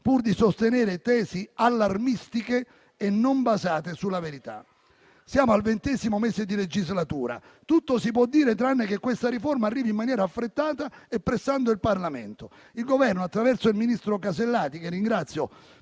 pur di sostenere tesi allarmistiche e non basate sulla verità. Siamo al ventesimo mese di legislatura. Tutto si può dire, tranne che questa riforma arrivi in maniera affrettata e prestando il Parlamento. Il Governo, attraverso il ministro Alberti Casellati, che ringrazio